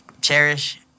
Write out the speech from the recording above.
cherish